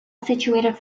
situated